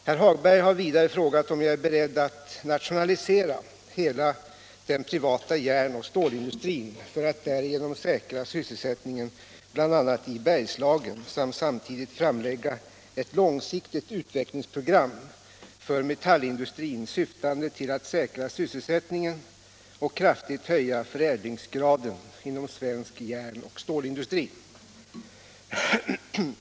Herr Hagberg har vidare frågat om jag är beredd att nationalisera hela den privata järn och stålindustrin för att därigenom säkra sysselsättningen bl.a. i Bergslagen samt samtidigt framlägga ett långsiktigt utvecklingsprogram för metallindustrin syftande till att säkra sysselsättningen och kraftigt höja förädlingsgraden inom svensk järn och stålindustri.